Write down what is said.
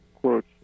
quote